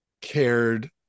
cared